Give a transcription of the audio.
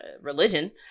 religion